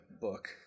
book